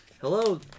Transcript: Hello